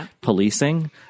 policing